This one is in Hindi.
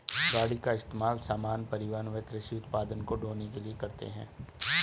गाड़ी का इस्तेमाल सामान, परिवहन व कृषि उत्पाद को ढ़ोने के लिए करते है